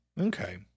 Okay